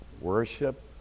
worship